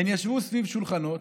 הן ישבו סביב שולחנות,